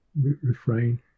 refrain